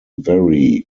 very